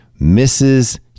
Mrs